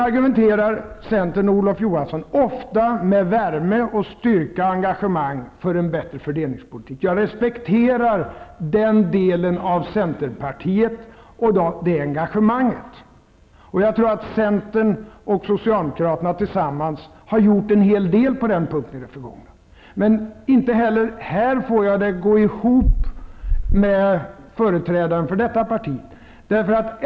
Centern och Olof Johansson argumenterar ofta med värme, styrka och engagemang för en bättre fördelningspolitik. Jag respekterar den delen av centerpartiet och det engagemanget. Jag tror att centern och socialdemokraterna tillsammans har gjort en hel del på den punkten i det förgångna. Men inte heller här får jag det att gå ihop med företrädaren för detta parti.